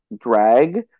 drag